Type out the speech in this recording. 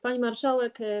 Pani Marszałek!